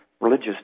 Religious